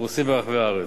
הפרוסים ברחבי הארץ.